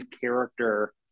character